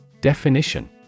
Definition